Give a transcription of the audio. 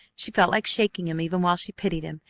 she felt like shaking him even while she pitied him.